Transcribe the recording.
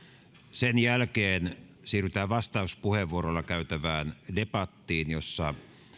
sen jälkeen siirrytään vastauspuheenvuoroilla käytävään debattiin jossa